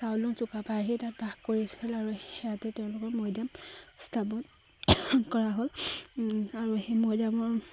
চাওলুং চুকাফাই আহি তাত বাস কৰিছিল আৰু সেয়াতে তেওঁলোকৰ মৈদাম স্থাপন কৰা হ'ল আৰু সেই মৈদামৰ